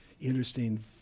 interesting